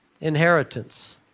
Inheritance